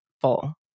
full